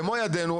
במו ידינו,